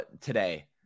today